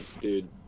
dude